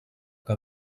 que